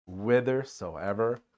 whithersoever